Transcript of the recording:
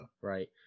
right